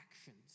actions